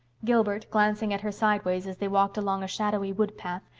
gilbert, glancing at her sideways as they walked along a shadowy woodpath,